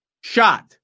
Shot